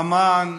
אמ"ן,